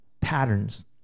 patterns